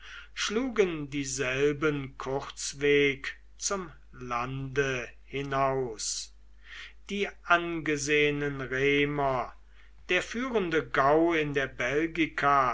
schlugen dieselben kurzweg zum lande hinaus die angesehenen remer der führende gau in der belgica